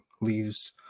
leaves